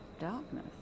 darkness